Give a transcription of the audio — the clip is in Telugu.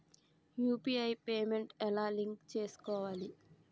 యు.పి.ఐ పేమెంట్ ఎలా లింక్ చేసుకోవాలి?